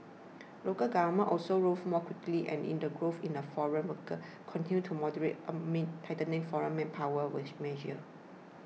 local employment also rose more quickly and in the growth in the foreign workers could to moderate amid tightened foreign manpower with measures